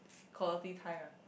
quality time ah